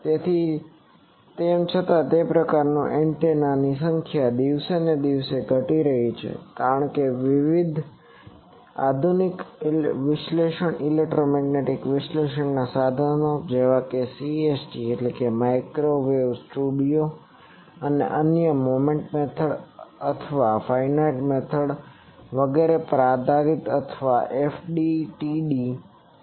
તેથી તેમ છતાં તે પ્રકારનું એન્ટેનાની સંખ્યા દિવસેને દિવસે ઘટી રહી છે કારણ કે વિવિધ આધુનિક વિશ્લેષણ ઇલેક્ટ્રોમેગ્નેટિક વિશ્લેષણ સાધનો જેવા કે CST માઇક્રોવેવ સ્ટુડિયો અને અન્ય મોમેન્ટ મેથડ અથવા ફાઈનાઈટ એલેમેન્ટ મેથડ વગેરે પર આધારિત અથવા FDTD અથવા FTD